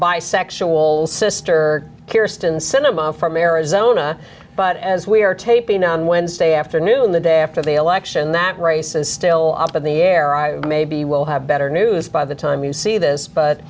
bisexual sister kiersten senator from arizona but as we are taping on wednesday afternoon the day after the election that race is still up in the air i maybe we'll have better news by the time you see this but